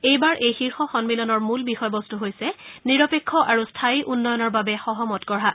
এইবাৰ এই শীৰ্ষ সম্মিলনৰ মূল বিষয়বস্তু হৈছে নিৰপেক্ষ আৰু স্থায়ী উন্নয়ণৰ বাবে সহমত গঢ়া